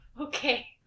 okay